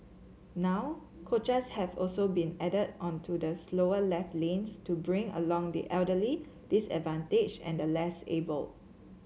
now coaches have also been added on to the slower left lanes to bring along the elderly disadvantaged and less able